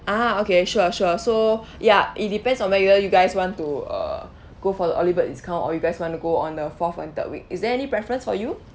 ah okay sure sure so ya it depends on whether you guys want to uh go for the early bird discount or you guys want to go on the fourth and third week is there any preference for you